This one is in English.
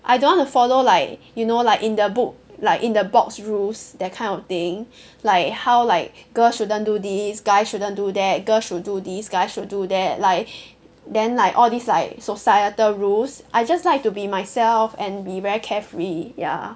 I don't want to follow like you know like in the book like in the box rules that kind of thing like how like girls shouldn't do this guy shouldn't do that girl should do this guys should do that like then like all these like societal rules I just like to be myself and be very carefree ya